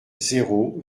zéro